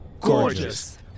gorgeous